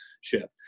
ship